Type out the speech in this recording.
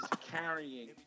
carrying